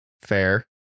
Fair